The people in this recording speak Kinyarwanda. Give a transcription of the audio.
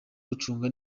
gucunga